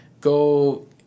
go